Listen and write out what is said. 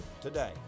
today